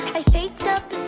i faked up